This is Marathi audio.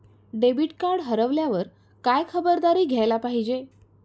डेबिट कार्ड हरवल्यावर काय खबरदारी घ्यायला पाहिजे?